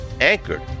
anchored